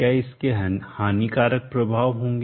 क्या इसके हानिकारक प्रभाव होंगे